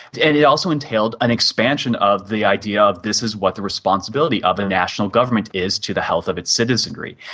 and it also entailed an expansion of the idea of this is what the responsibility of a national government is to the health of its citizenry.